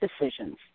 decisions